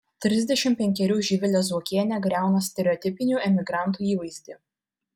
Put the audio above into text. trisdešimt penkerių živilė zuokienė griauna stereotipinių emigrantų įvaizdį